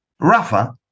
Rafa